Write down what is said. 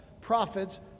prophets